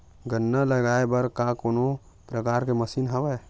गन्ना लगाये बर का कोनो प्रकार के मशीन हवय?